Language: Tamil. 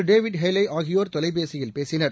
டேவிட் ஹேலேஆகியோர் தொலைபேசியில் பேசினர்